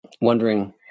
wondering